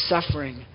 suffering